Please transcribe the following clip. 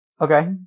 Okay